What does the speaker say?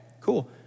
cool